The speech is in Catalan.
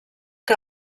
que